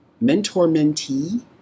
mentor-mentee